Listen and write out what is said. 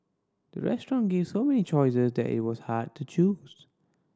the restaurant gave so many choices that it was hard to choose